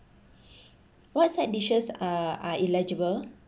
what side dishes are are eligible